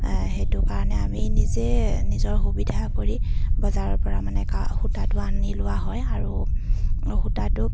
সেইটো কাৰণে আমি নিজে নিজৰ সুবিধা কৰি বজাৰৰ পৰা মানে কা সূতাটো আনি লোৱা হয় আৰু সূতাটো